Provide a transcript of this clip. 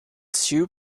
two